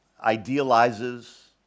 idealizes